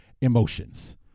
emotions